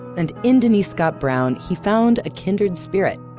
and in denise scott brown he found a kindred spirit.